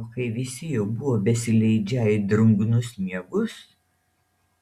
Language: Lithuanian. o kai visi jau buvo besileidžią į drungnus miegus